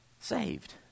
Saved